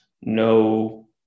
no